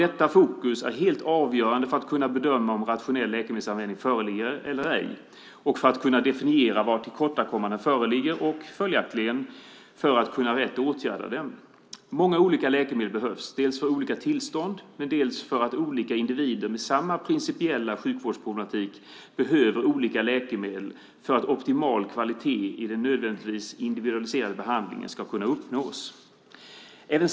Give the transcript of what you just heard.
Detta fokus är helt avgörande för att kunna bedöma om rationell läkemedelsanvändning föreligger eller ej, för att kunna definiera var tillkortakommanden föreligger och följaktligen för att rätt kunna åtgärda dem. Många olika läkemedel behövs för olika tillstånd, och olika individer med samma principiella sjukvårdsproblem behöver olika läkemedel för att optimal kvalitet i den nödvändigtvis individualiserade behandlingen ska kunna uppnås.